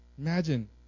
Imagine